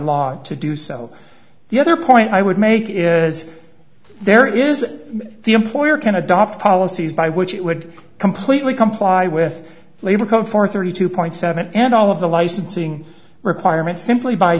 law to do so the other point i would make is as there is the employer can adopt policies by which it would completely comply with labor code for thirty two point seven and all of the licensing requirements